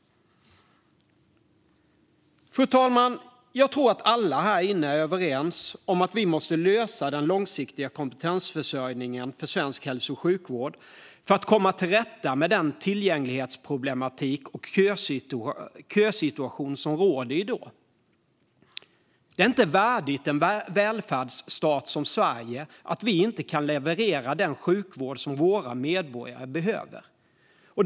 Fru talman! Jag tror att alla här inne är överens om att vi måste lösa den långsiktiga kompetensförsörjningen i svensk hälso och sjukvård för att komma till rätta med den tillgänglighetsproblematik och kösituation som råder i dag. Det är inte värdigt en välfärdsstat som Sverige att vi inte kan leverera den sjukvård som våra medborgare behöver.